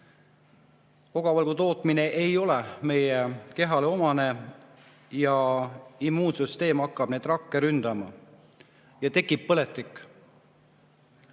Ogavalgu tootmine ei ole meie kehale omane, immuunsüsteem hakkab neid rakke ründama ja tekib põletik.